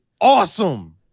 awesome